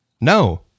no